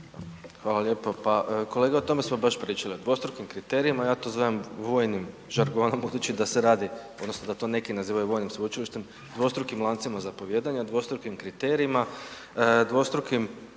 Hvala lijepo. Pa kolega o tome smo baš pričali, o dvostrukim kriterijima, ja to zovem vojnim žargonom budući da se radi odnosno da to neki nazivaju vojnim sveučilištem, dvostrukim lancima zapovijedanja, dvostrukim kriterijima, dvostrukim,